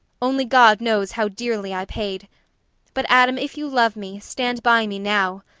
only god knows how dearly i paid but adam, if you love me, stand by me now.